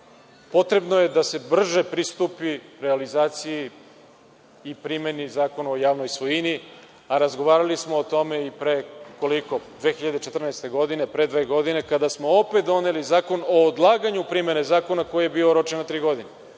potrebno je da se brže pristupi realizaciji i primeni Zakona o javnoj svojini, a razgovarali smo o tome i 2014. godine, pre dve godine, kada smo opet doneli Zakon o odlaganju primene Zakona koji je bio oročen na tri godine.